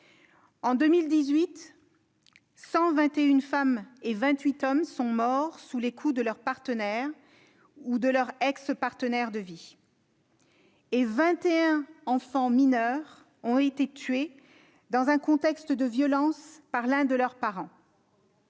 En 2018, 121 femmes et 28 hommes sont morts sous les coups de leur partenaire ou de leur ex-partenaire de vie et 21 enfants mineurs ont été tués dans un contexte de violences par l'un de leurs parents.